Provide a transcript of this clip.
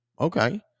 okay